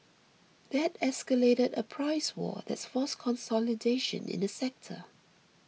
that escalated a price war that's forced consolidation in the sector